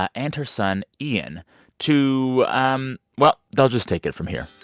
ah and her son, ian to um well, they'll just take it from here